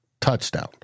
touchdown